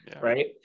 right